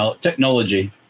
technology